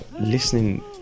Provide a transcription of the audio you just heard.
listening